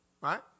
Right